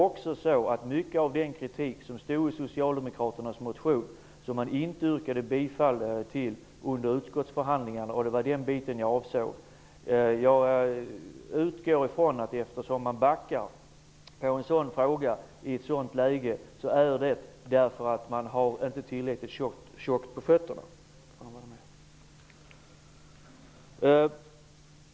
Men mycket av den kritik som står i Socialdemokraterna inte yrkat bifall till under utskottsbehandlingen. Det var den kritiken jag avsåg. Jag utgår från att eftersom Socialdemokraterna backar på en sådan fråga i ett sådant läge har Socialdemokraterna inte tillräckligt på fötterna.